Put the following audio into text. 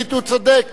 הוא צודק,